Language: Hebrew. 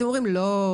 אתם אומרים: לא,